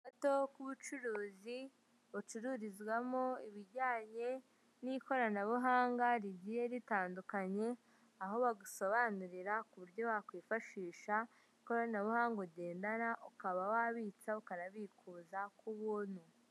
Akazu gato k'ubucuruzi, bucururizwamo ibijyanye n'ikoranabuhanga rigiye ritandukanye, aho bagusobanurira uburyo wakifashisha ikoranabuhanga ugendana, ukaba wabitsa, ukanabikuza, ku buntu.